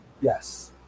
yes